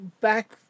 back